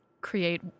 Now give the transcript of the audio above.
create